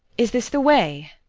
is this the way?